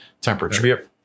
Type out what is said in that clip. temperature